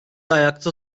ayakta